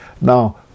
Now